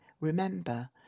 remember